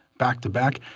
back to back,